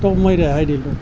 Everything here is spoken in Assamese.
তোক মই ৰেহাই দিলোঁ